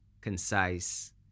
concise